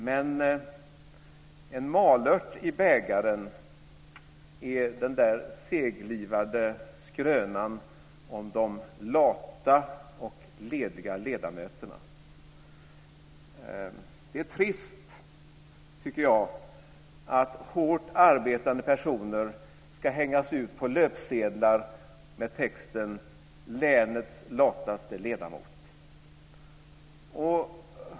Men en malört i bägaren är den där seglivade skrönan om de lata och lediga ledamöterna. Jag tycker att det är trist att hårt arbetande personer ska hängas ut på löpsedlar med texten: "Länets lataste ledamot."